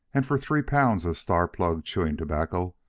and for three pounds of star plug chewing tobacco,